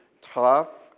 tough